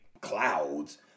clouds